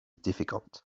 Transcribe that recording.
difficult